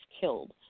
killed